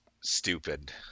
stupid